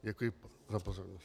Děkuji za pozornost.